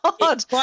god